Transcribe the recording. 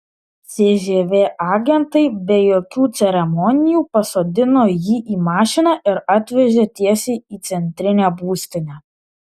cžv agentai be jokių ceremonijų pasodino jį į mašiną ir atvežė tiesiai į centrinę būstinę